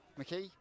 McKee